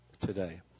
today